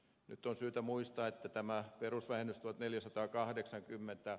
nyt on syytä muistaa että tämä perusvähennys on neljäsataakahdeksankymmentä